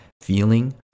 feeling